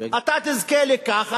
אתה תזכה לכך,